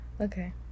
okay